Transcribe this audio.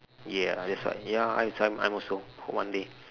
ya that's why ya I als~ I'm I'm also one day